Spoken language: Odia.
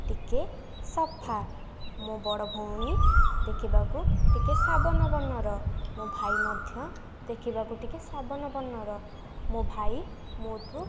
ଟିକିଏ ସଫା ମୋ' ବଡ଼ଭଉଣୀ ଦେଖିବାକୁ ଟିକିଏ ସାବନା ବର୍ଣ୍ଣର ମୋ' ଭାଇ ମଧ୍ୟ ଦେଖିବାକୁ ଟିକେ ସାବନା ବର୍ଣ୍ଣର ମୋ' ଭାଇ ମୋ'ଠୁ